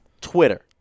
Twitter